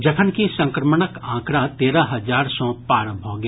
जखनकि संक्रमणक आंकड़ा तेरह हजार सॅ पार भऽ गेल